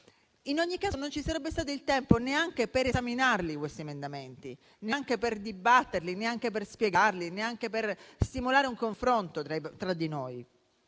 in ogni caso non ci sarebbe stato il tempo neanche per esaminare quegli emendamenti, per dibatterli e spiegarli, per stimolare un confronto tra di noi.